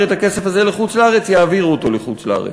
את הכסף הזה לחוץ-לארץ יעבירו אותו לחוץ-לארץ.